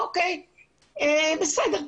בסדר,